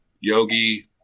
Yogi